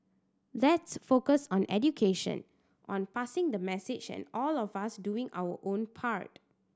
let's focus on education on passing the message and all of us doing our own part